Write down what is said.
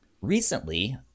Recently